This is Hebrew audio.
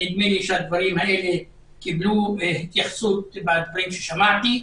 ונדמה לי שהדברים האלה קיבלו התייחסות בדברים ששמעתי.